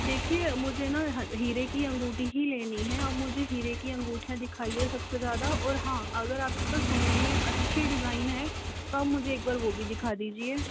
देखिये मुझे न हा हीरे की अंगूठी ही लेनी है और मुझे हीरे कि अंगुठियाँ दिखाइए और सबसे ज़्यादा और हाँ अगर आपके पास सोने में अच्छे डिज़ाइन हैं तो आप मुझे एक बार वह भी दिखा दीजिये